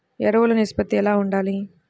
ఎరువులు నిష్పత్తి ఎలా ఉండాలి?